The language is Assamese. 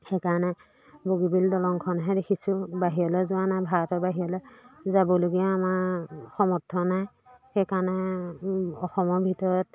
সেইকাৰণে বগীবিল দলংখনহে দেখিছোঁ বাহিৰলৈ যোৱা নাই ভাৰতৰ বাহিৰলৈ যাবলগীয়া আমাৰ সমৰ্থ নাই সেইকাৰণে অসমৰ ভিতৰত